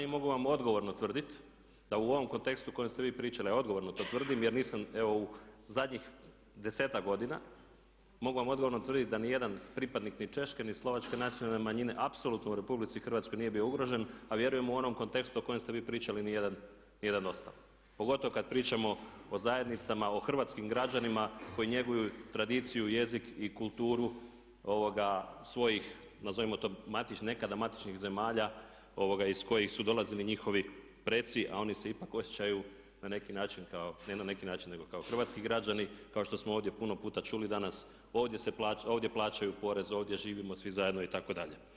I mogu vam odgovorno tvrdit da u ovom kontekstu o kojem ste vi pričali, a odgovorno to tvrdim jer nisam evo u zadnjih desetak godina mogu vam odgovorno tvrditi da ni jedan pripadnik ni češke, ni slovačke nacionalne manjine apsolutno u Republici Hrvatskoj nije bio ugrožen a vjerujem u onom kontekstu o kojem ste vi pričali ni jedan ostali, pogotovo kad pričamo o zajednicama, o hrvatskim građanima koji njeguju tradiciju, jezik i kulturu svojih nazovimo to nekada matičnih zemalja iz kojih su dolazili njihovi preci, a oni se ipak osjećaju na neki način, ne na neki način nego kao hrvatski građani kao što smo ovdje puno puta čuli danas ovdje plaćaju porez, ovdje živimo svi zajedno itd.